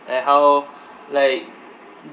like how like